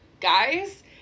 Guys